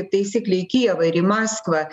taisyklei į kijevą ir į maskvą